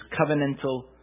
covenantal